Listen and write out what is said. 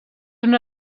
una